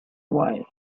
why